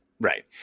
Right